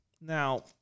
Now